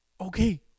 Okay